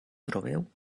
trobeu